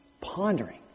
pondering